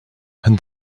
and